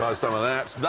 ah some of that.